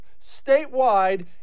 statewide